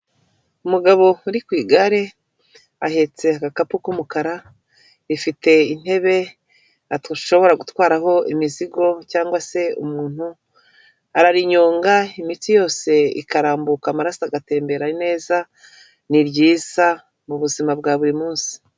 Umugabo uri ku igare ahetse agakapu k'umukara, rifite intebe ashobora gutwaraho imizigo cyangwa se umuntu, ararinyonga imitsi yose ikarambuka amaraso agatembera neza, ni ryiza mu buzima bwa buri munsi.